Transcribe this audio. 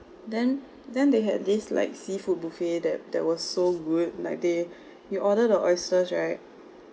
then then they had this like seafood buffet that that was so good like they we ordered the oysters right